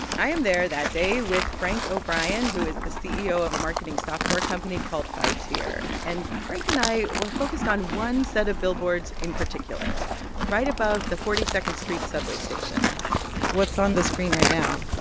i am there that day with frank o'brien, who is the ceo of a marketing software company called five tier, and frank and i were focused on one set of billboards in particular right above the forty second street subway station what's on the screen right now?